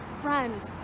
friends